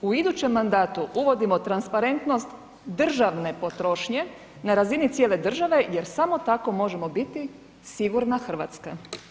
U idućem mandatu uvodimo transparentnost državne potrošnje na razini cijele države jer samo tako možemo biti sigurna RH“